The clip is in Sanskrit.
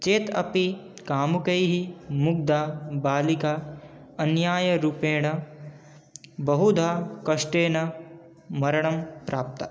चेत् अपि कामुकैः मुग्धबालिका अन्यायरूपेण बहुधा कष्टेन मरणं प्राप्ता